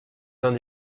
d’un